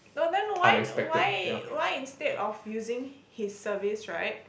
but then why why why instead of using his service right